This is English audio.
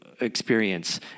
experience